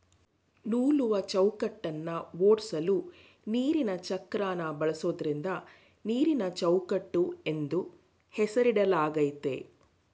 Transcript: ನೂಲುವಚೌಕಟ್ಟನ್ನ ಓಡ್ಸಲು ನೀರಿನಚಕ್ರನ ಬಳಸೋದ್ರಿಂದ ನೀರಿನಚೌಕಟ್ಟು ಎಂದು ಹೆಸರಿಡಲಾಗಯ್ತೆ